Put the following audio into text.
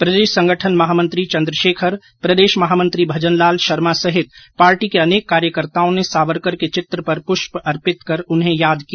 प्रदेश संगठन महामंत्री चंद्रशेखर प्रदेश महामंत्री भजन लाल शर्मा सहित पार्टी के अनेक कार्यकर्ताओं ने सावरकर के चित्र पर प्रष्प अर्पित कर उन्हें याद किया